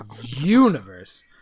universe